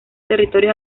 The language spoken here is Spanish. territorios